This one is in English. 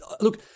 look